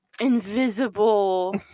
invisible